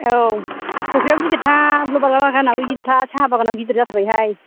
औ फख्रियाबो गिदिरथार लबार बागानाबो गिदिरथार साहाबागानाबो गिदिर जाथारबाय हाय